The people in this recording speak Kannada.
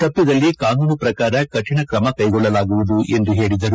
ತಪ್ಪಿದಲ್ಲಿ ಕಾನೂನು ಪ್ರಕಾರ ಕರಿಣ ಕ್ರಮ ಕೈಗೊಳ್ಳಲಾಗುವುದು ಎಂದು ಹೇಳಿದರು